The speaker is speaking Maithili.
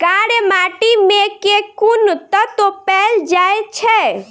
कार्य माटि मे केँ कुन तत्व पैल जाय छै?